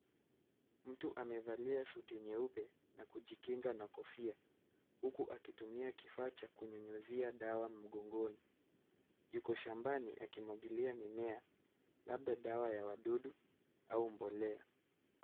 Mtu amevalia suti nyeupe na kujikinga na kofia, huku akitumia kifaa cha kunyunyizia dawa mgongoni. Yuko shambani akimwagilia mimea, labda dawa ya wadudu au mbolea.